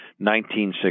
19-6